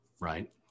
right